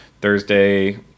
Thursday